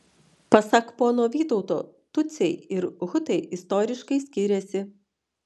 pasak pono vytauto tutsiai ir hutai išoriškai skiriasi